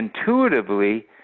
intuitively